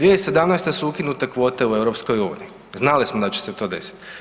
2017.-te su ukinute kvote u EU, znali smo da će se to desiti.